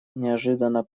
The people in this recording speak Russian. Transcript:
неожиданно